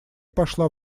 пошла